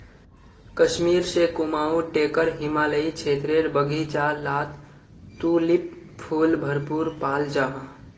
कश्मीर से कुमाऊं टेकर हिमालयी क्षेत्रेर बघिचा लात तुलिप फुल भरपूर पाल जाहा